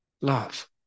Love